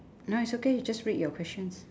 no it's okay you just read your questions